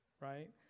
right